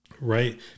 right